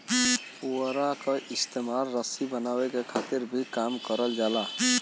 पुवरा क इस्तेमाल रसरी बनावे क खातिर भी करल जाला